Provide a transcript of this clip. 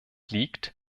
liegt